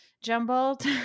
jumbled